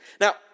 Now